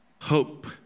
hope